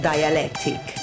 dialectic